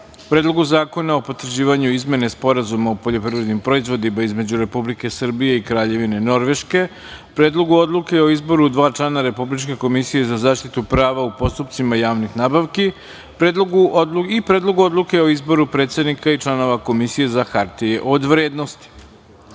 Predlogu zakona o potvrđivanju izmene Sporazuma o poljoprivrednim proizvodima između Republike Srbije i Kraljevine Norveške, Predlogu odluke o izboru dva člana Republičke komisije za zaštitu prava u postupcima javnih nabavki i Predlogu odluke o izboru predsednika i članova Komisije za hartije od